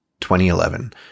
2011